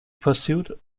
pursued